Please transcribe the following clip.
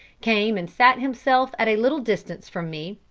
came and sat himself at a little distance from me,